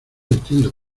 entiendo